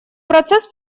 процесс